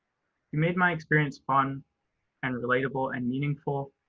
you made my experience fun and relatable and meaningful,